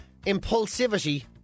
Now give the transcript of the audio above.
impulsivity